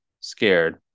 scared